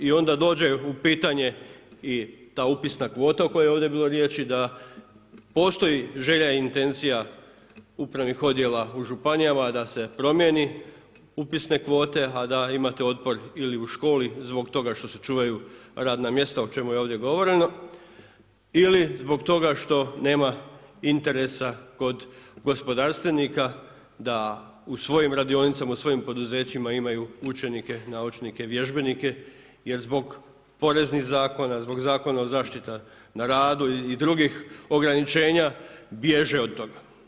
I onda dođe u pitanje i ta upisna kvota o kojoj je ovdje bilo riječi da postoji želja i intencija upravnih odjela u županijama da se promijeni upisne kvote a da imate otpor ili u školi zbog toga što se čuvaju radna mjesta o čemu je ovdje govoreno ili zbog toga što nema interesa kod gospodarstvenika da u svojim radionicama, u svojim poduzećima imaju učenike, naučnike, vježbenike jer zbog poreznih zakona, zbog Zakona o zaštiti na radu i drugih ograničenja bježe od toga.